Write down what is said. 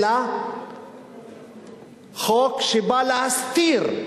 אלא חוק שבא להסתיר,